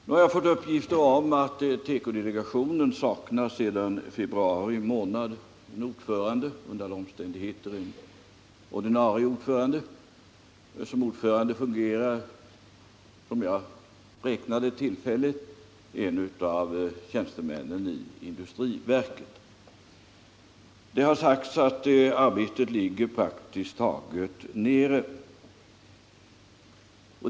Nu har jag fått uppgifter om att tekodelegationen sedan februari månad saknar ordförande, under alla omständigheter ordinarie ordförande. Som ordförande fungerar tillfälligt — jag räknar med det — en av tjänstemännen i industriverket, och det har sagts att arbetet ligger praktiskt taget nere.